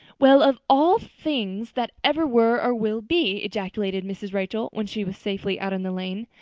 well, of all things that ever were or will be! ejaculated mrs. rachel when she was safely out in the lane.